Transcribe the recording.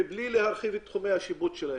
מבלי להרחיב את תחומי השיפוט שלהם,